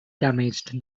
damaged